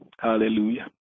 hallelujah